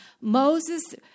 Moses